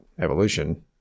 evolution